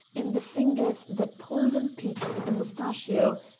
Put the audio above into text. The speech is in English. in the fingers that pulled and peaked the moustachio,